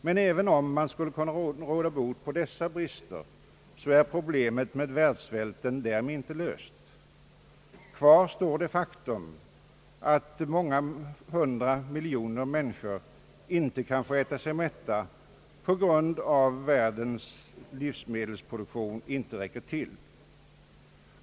Men även om man skulle kunna råda bot på dessa brister är problemet med världssvälten därmed inte löst. Kvar står det faktum att många hundra miljoner människor inte kan få äta sig mätta på grund av ait världens livsmedelsproduktion inte räcker till.